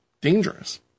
dangerous